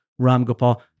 Ramgopal